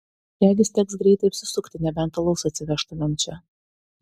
regis teks greitai apsisukti nebent alaus atsivežtumėm čia